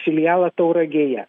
filialą tauragėje